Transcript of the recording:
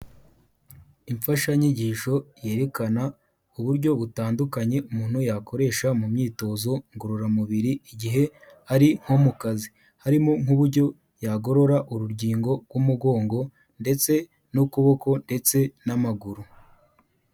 Imfashanyigisho yerekana uburyo butandukanye umuntu yakoresha mu myitozo ngororamubiri, igihe ari nko mu kazi, harimo nk'uburyo yagorora urugingogo rw'umugongo ndetse n'ukuboko ndetse n'amaguru.